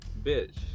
bitch